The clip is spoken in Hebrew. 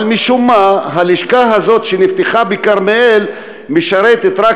אבל משום מה הלשכה הזאת שנפתחה בכרמיאל משרתת רק